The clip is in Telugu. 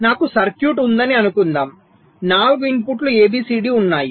నాకు సర్క్యూట్ ఉందని అనుకుందాం 4 ఇన్పుట్లు A B C D ఉన్నాయి